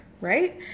right